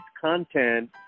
content